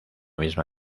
misma